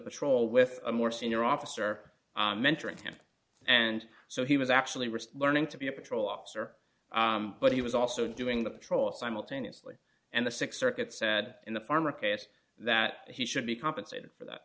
patrol with a more senior officer mentoring him and so he was actually wrist learning to be a patrol officer but he was also doing the patrol simultaneously and the th circuit said in the farmer case that he should be compensated for that